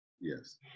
Yes